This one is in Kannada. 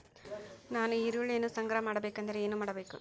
ನಾನು ಈರುಳ್ಳಿಯನ್ನು ಸಂಗ್ರಹ ಮಾಡಬೇಕೆಂದರೆ ಏನು ಮಾಡಬೇಕು?